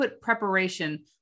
preparation